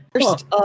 First